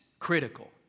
critical